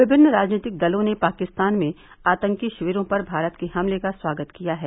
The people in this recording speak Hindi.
विभिन्न राजनीतिक दलों ने पाकिस्तान में आतंकी शिविरों पर भारत के हमले का स्वागत किया है